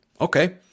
Okay